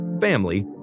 family